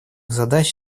задач